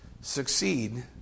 succeed